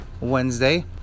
Wednesday